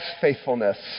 faithfulness